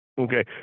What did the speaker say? Okay